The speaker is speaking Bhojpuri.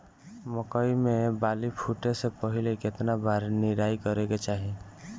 मकई मे बाली फूटे से पहिले केतना बार निराई करे के चाही?